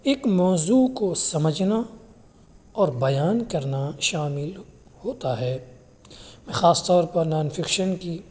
ایک موضوع کو سمجھنا اور بیان کرنا شامل ہوتا ہے خاص طور پر نان فکشن کی